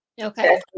Okay